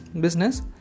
business